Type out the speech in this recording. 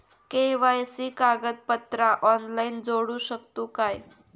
KYC कागदपत्रा online जोडू शकतू का?